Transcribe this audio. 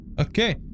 Okay